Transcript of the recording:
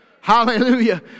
Hallelujah